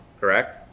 Correct